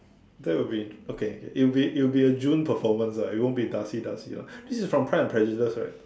that would be int~ okay okay it would be it would be a June performance lah it won't be Darcy Darcy lah this is from Pride and Prejudice right